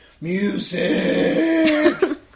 music